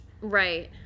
Right